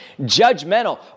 judgmental